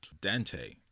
Dante